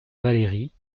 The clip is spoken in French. valérie